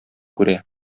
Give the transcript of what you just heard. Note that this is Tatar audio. күрә